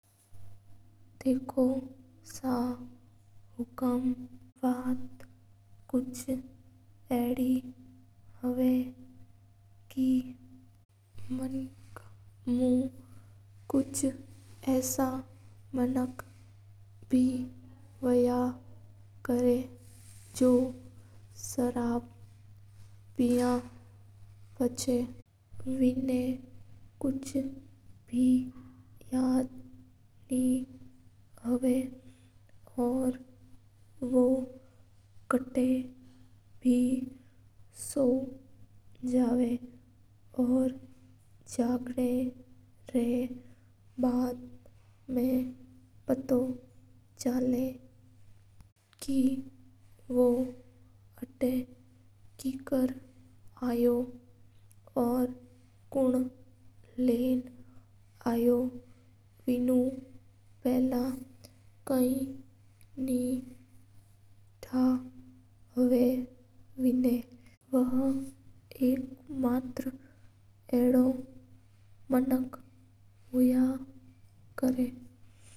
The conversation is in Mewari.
देखो सा हुकूम मणका मु कुछ मणक अदा बे हुया करा जना ना शराब पिया पाछा कुछ याद नहीं रवा हा। बू कता बे सो जवा और जाग ना रा बाद मा पतो चेला का बो बुटा किकर आयो हा और बिना कुन लैन आयो बिन बिनु पेला क्व ता नहीं रवा हा।